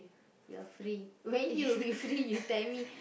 you're free when you'll be free you tell me